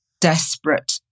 desperate